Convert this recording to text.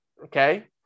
Okay